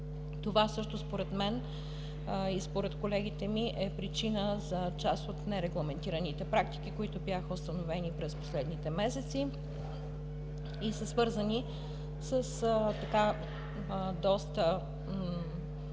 това също според мен, и според колегите ми е причина за част от нерегламентираните практики, които бяха установени през последните месеци, и са свързани с доста